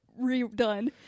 redone